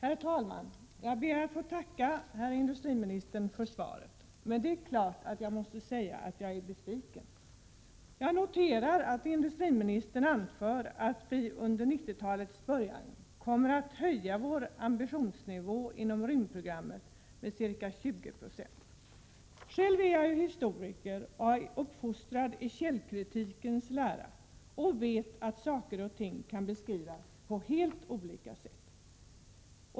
Fru talman! Jag ber att få tacka herr industriministern för svaret. Jag måste säga att jag är besviken. Jag noterar att industriministern anför att vi under 90-talets början kommer att höja vår ambitionsnivå inom rymdprogrammet med ca 20 9o. Själv är jag historiker och uppfostrad i källkritikens lära och vet att saker och ting kan beskrivas på helt olika sätt.